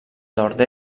nord